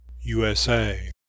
USA